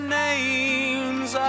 names